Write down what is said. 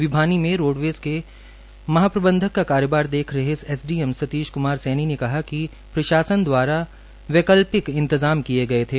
भिवानी मे रोडवेज़ मे महाप्रबंधक का कार्य भार देख रहे एसडीएम सतीश क्मार सैनी ने कहा कि प्रशासन द्वारा बैकलाप्कि इंतजाम किए गए थे